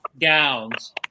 gowns